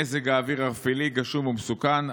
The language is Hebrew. מזג האוויר ערפילי, וגשום ומסוכן.